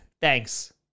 Thanks